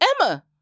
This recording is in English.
Emma